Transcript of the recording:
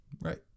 Right